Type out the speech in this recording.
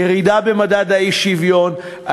ירידה במדד האי-שוויון,